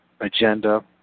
agenda